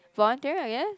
volunteer I guess